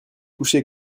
coucher